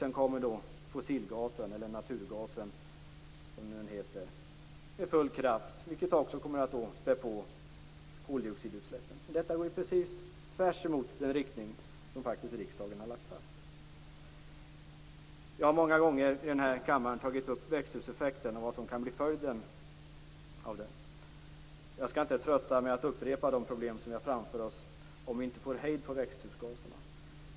Sedan kommer fossilgasen, naturgasen, med full kraft, vilket också kommer att späda på koldioxidutsläppen. Detta går precis tvärtemot den riktning som riksdagen har lagt fast. Jag har många gånger i denna kammare tagit upp växthuseffekten och vad som kan bli följden av den. Jag skall inte trötta er med att upprepa de problem som vi har framför oss om vi inte får hejd på växthusgaserna.